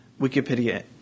Wikipedia